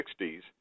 1960s